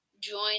join